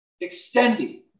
extending